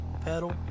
pedal